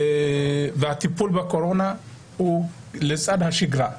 והטיפול בקורונה הוא לצד השגרה.